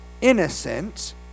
innocent